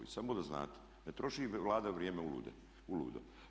I samo da znate ne troši Vlada vrijeme uludo.